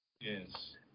Yes